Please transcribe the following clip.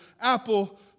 apple